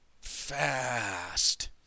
fast